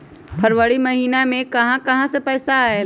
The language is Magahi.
फरवरी महिना मे कहा कहा से पैसा आएल?